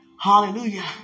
Hallelujah